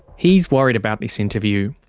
he's worried about this interview.